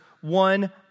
one